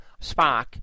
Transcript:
Spock